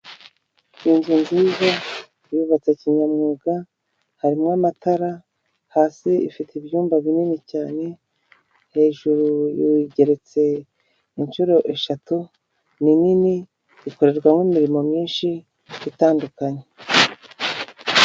Inzu nziza yubatse kinyamwuga, harimo amatara, hasi ifite ibyumba binini cyane, hejuru igeretse inshuro eshatu, ni nini, ikorerwamo imirimo myinshi itandukanye.